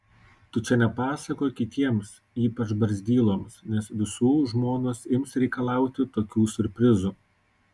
tu čia nepasakok kitiems ypač barzdyloms nes visų žmonos ims reikalauti tokių siurprizų